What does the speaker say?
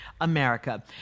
America